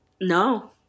No